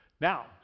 Now